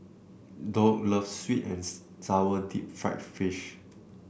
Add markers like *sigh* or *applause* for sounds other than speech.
Doug loves sweet and *unintelligible* sour Deep Fried Fish